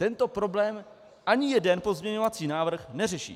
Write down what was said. Tento problém ani jeden pozměňovací návrh neřeší.